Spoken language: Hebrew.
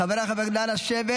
חבריי חברי הכנסת, נא לשבת.